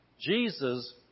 Jesus